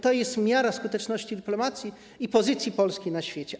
To jest miara skuteczności dyplomacji i pozycji Polski na świecie.